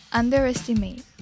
underestimate